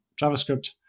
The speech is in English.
JavaScript